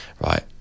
right